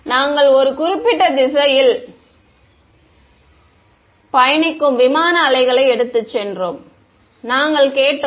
நாங்கள் ஒரு குறிப்பிட்ட திசையில் பயணிக்கும் விமான அலைகளை எடுத்துச் சென்றோம் நாங்கள் கேட்டோம்